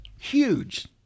huge